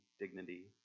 dignity